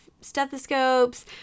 stethoscopes